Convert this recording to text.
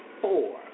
four